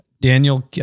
daniel